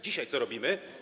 Dzisiaj co robimy?